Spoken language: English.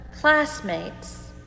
classmates